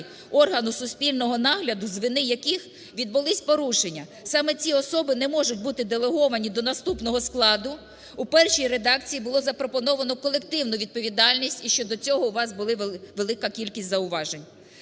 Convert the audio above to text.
органу суспільного нагляду з вини яких відбулись порушення, саме ці особи не можуть бути делеговані до наступного складу, у першій редакції було запропоновано колективну відповідальність і щодо цього, у вас була велика кількість зауважень.